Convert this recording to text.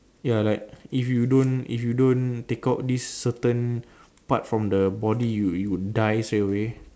ya like if you don't if you don't take out this certain part from the body you would you would die straight away